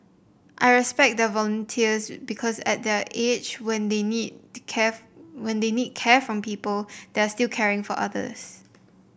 I respect their volunteers because at their age when they need when they need care from people they are still caring for others